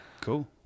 Cool